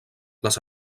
les